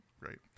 Great